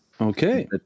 Okay